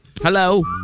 Hello